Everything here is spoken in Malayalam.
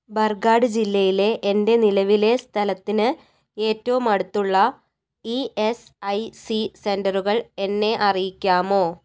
ബർഗാഡ് ജില്ലയിലെ എൻ്റെ നിലവിലെ സ്ഥലത്തിന് ഏറ്റവും അടുത്തുള്ള ഇ എസ് ഐ സി സെൻ്ററുകൾ എന്നെ അറിയിക്കാമോ